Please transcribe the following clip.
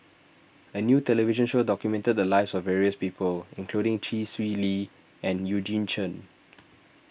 a new television show documented the lives of various people including Chee Swee Lee and Eugene Chen